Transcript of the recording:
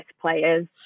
players